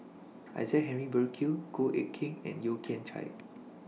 Isaac Henry Burkill Goh Eck Kheng and Yeo Kian Chye